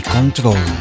Control